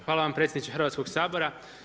Hvala vam predsjedniče Hrvatskog sabora.